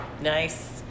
Nice